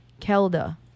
KELDA